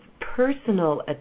personal